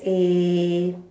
a